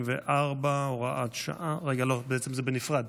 64, הוראת שעה, חרבות ברזל) זה בנפרד.